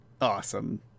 awesome